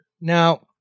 Now